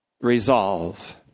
resolve